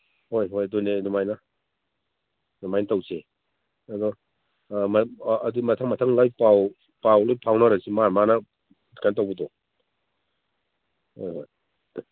ꯍꯣꯏ ꯍꯣꯏ ꯑꯗꯨꯅꯦ ꯑꯗꯨꯃꯥꯏꯅ ꯑꯗꯨꯃꯥꯏ ꯇꯧꯁꯤ ꯑꯗꯣ ꯑꯗꯨ ꯃꯊꯪ ꯃꯊꯪ ꯃꯥꯏ ꯄꯥꯎ ꯄꯥꯎ ꯂꯣꯏ ꯐꯥꯎꯅꯔꯁꯤ ꯃꯥꯅ ꯃꯥꯅ ꯀꯩꯅꯣ ꯇꯧꯕꯗꯣ ꯍꯣꯏ ꯍꯣꯏ